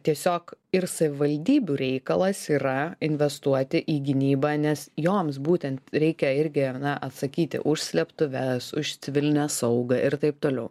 tiesiog ir savivaldybių reikalas yra investuoti į gynybą nes joms būtent reikia irgi na atsakyti už slėptuves už civilinę saugą ir taip toliau